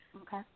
Okay